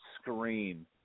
screen